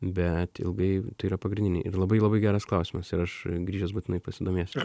bet ilgai tai yra pagrindiniai ir labai labai geras klausimas ir aš grįžęs būtinai pasidomėsiu